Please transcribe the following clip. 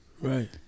Right